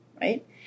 right